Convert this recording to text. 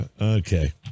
Okay